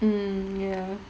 mm ya